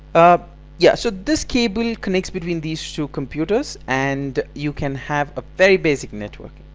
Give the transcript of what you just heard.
ah yeah. so this cable connects between these two computers and you can have a very basic network.